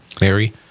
Mary